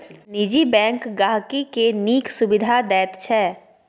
निजी बैंक गांहिकी केँ नीक सुबिधा दैत छै